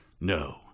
No